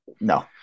No